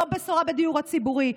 לא בשורה בדיור הציבורי,